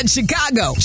Chicago